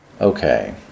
Okay